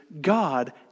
God